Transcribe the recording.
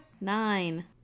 nine